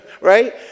right